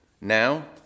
now